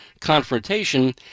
confrontation